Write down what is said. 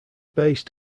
based